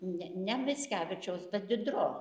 ne ne mickevičiaus bet didro